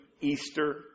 Easter